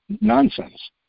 nonsense